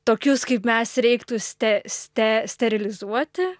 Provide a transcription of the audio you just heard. tokius kaip mes reiktų ste ste sterilizuoti